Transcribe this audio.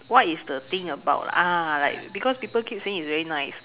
what is the thing about ah like because people keep saying it is very nice